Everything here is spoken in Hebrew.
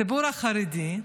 הציבור החרדי,